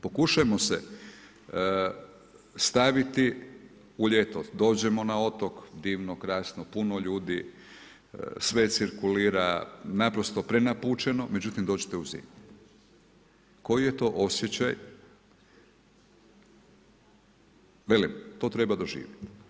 Pokušajmo se staviti u ljeto, dođemo na otok, divno, krasno, puno ljudi, sve cirkulira, naprosto prenapučeno, međutim dođite u zimi, koji je to osjećaj, velim, to treba doživjeti.